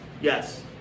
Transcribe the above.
Yes